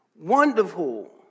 wonderful